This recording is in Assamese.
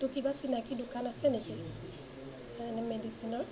তোৰ কিবা চিনাকি দোকান আছে নেকি এনেই মেডিচিনৰ